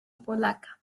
polaca